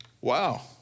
Wow